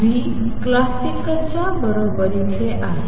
च्या बरोबरीचे आहे